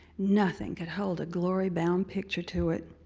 nothing could hold a glory bound picture to it.